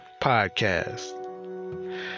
Podcast